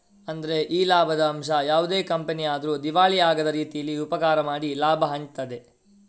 ಅಂದ್ರೆ ಈ ಲಾಭದ ಅಂಶ ಯಾವುದೇ ಕಂಪನಿ ಆದ್ರೂ ದಿವಾಳಿ ಆಗದ ರೀತೀಲಿ ಉಪಕಾರ ಮಾಡಿ ಲಾಭ ಹಂಚ್ತದೆ